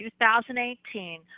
2018